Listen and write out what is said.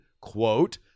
quote